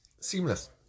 Seamless